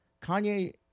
Kanye